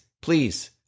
Please